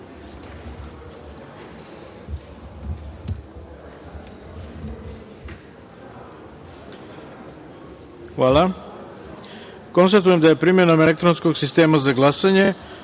Hvala. Konstatujem da je primenom elektronskog sistema za glasanje